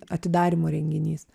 atidarymo renginys